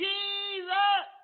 Jesus